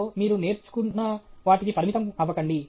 లో మీరు నేర్చుకున్న వాటికి పరిమితం అవ్వకండి